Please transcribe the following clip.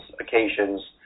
occasions